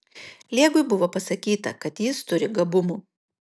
liegui buvo pasakyta kad jis turi gabumų